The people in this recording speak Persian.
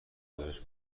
گزارش